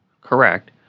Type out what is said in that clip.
Correct